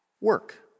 work